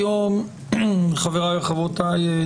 חבריי וחבריי,